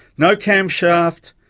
no cam shaft,